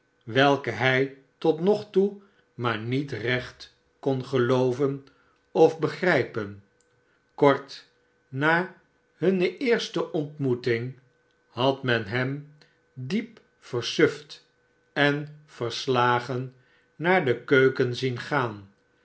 welke hij tot nog toe maar niet recht kon gelooven of begrijpen kort na hunne eerste ontmoeting had men hem diep versuft en verslagen naar de keuken zien gaan